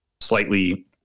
Slightly